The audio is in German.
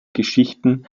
geschichten